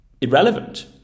irrelevant